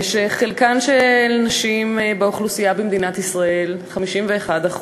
שחלקן של הנשים באוכלוסייה במדינת ישראל הוא 51%,